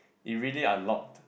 it really unlocked